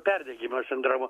perdegimo sindromu